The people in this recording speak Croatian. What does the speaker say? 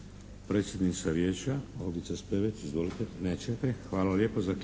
Hvala.